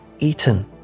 eaten